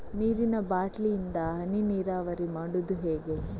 ನೀರಿನಾ ಬಾಟ್ಲಿ ಇಂದ ಹನಿ ನೀರಾವರಿ ಮಾಡುದು ಹೇಗೆ?